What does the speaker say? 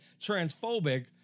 transphobic